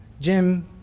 Jim